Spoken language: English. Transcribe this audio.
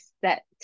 set